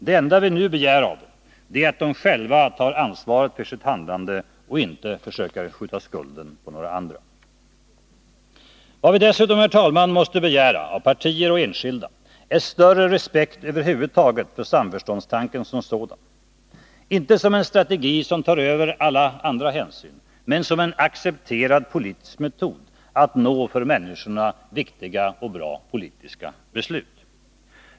Det enda vi nu begär av dem är att de själva tar ansvar för sitt handlande och inte försöker skjuta skulden på några andra. Vad vi dessutom måste begära — av partier och enskilda — är större respekt för samförståndstanken som sådan. Inte som en strategi som tar över alla andra hänsyn men som en accepterad politisk metod att nå för människorna viktiga och bra resultat.